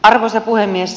arvoisa puhemies